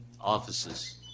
offices